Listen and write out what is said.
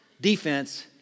defense